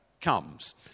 comes